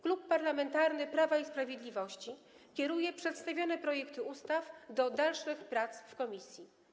Klub Parlamentarny Prawo i Sprawiedliwość kieruje przedstawione projekty ustaw do dalszych prac w komisji.